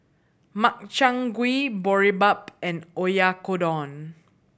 Makchang Gui Boribap and Oyakodon